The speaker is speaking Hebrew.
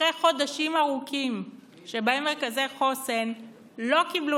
אחרי חודשים ארוכים שבהם מרכזי חוסן לא קיבלו